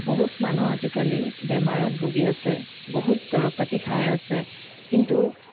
বহুত মানুহ আজিকালি বেমাৰত ভুগি আছে বহুত দৰৱ পাতি খাই আছে কিন্তু